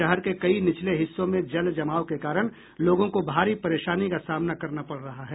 शहर के कई निचले हिस्सों में जल जमाव के कारण लोगों को भारी परेशानी का सामना करना पड़ रहा है